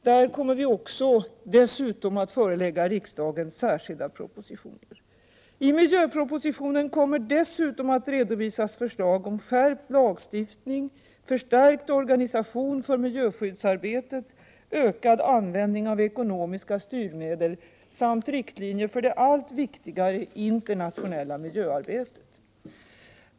På dessa områden kommer vi dessutom att förelägga riksdagen särskilda propositioner. I miljöpropositionen kommer också att redovisas förslag till skärpt lagstiftning, förstärkt organisation för miljöskyddsarbetet, ökad användning av ekonomiska styrmedel samt riktlinjer för det allt viktigare internationella miljöarbetet.